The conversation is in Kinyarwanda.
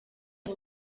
abo